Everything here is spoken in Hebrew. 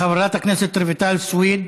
חברת הכנסת רויטל סויד,